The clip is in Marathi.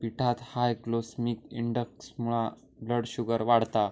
पिठात हाय ग्लायसेमिक इंडेक्समुळा ब्लड शुगर वाढता